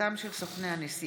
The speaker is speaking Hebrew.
וקריסתם של סוכני הנסיעות